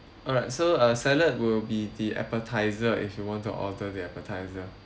alright so uh salad will be the appetiser if you want to order the appetiser